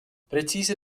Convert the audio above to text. präziser